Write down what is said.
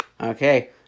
Okay